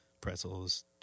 pretzels